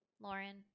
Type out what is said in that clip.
Lauren